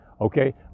Okay